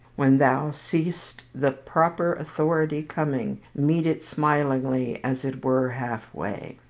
when thou seest the proper authority coming, meet it smilingly, as it were halfway.